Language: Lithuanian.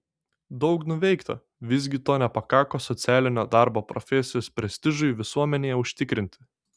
daug nuveikta visgi to nepakako socialinio darbo profesijos prestižui visuomenėje užtikrinti